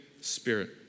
Spirit